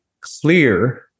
clear